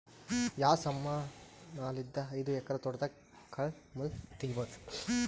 ಯಾವ ಸಮಾನಲಿದ್ದ ಐದು ಎಕರ ತೋಟದಾಗ ಕಲ್ ಮುಳ್ ತಗಿಬೊದ?